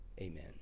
Amen